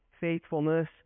faithfulness